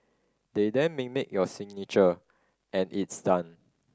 they then mimic your signature and it's done